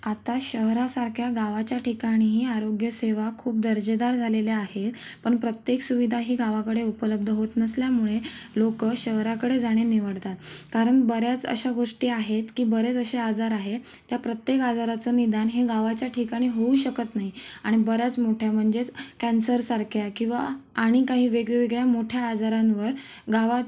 आता शहरासारख्या गावाच्या ठिकाणीही आरोग्यसेवा खूप दर्जेदार झालेल्या आहे पण प्रत्येक सुविधा ही गावाकडे उपलब्ध होत नसल्यामुळे लोक शहराकडे जाणे निवडतात कारण बऱ्याच अशा गोष्टी आहेत की बरेच असे आजार आहे त्या प्रत्येक आजाराचं निदान हे गावाच्या ठिकाणी होऊ शकत नाही आणि बऱ्याच मोठ्या म्हणजेच कॅन्सरसारख्या किंवा आणि काही वेगवेगळ्या मोठ्या आजारांवर गावा